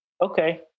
okay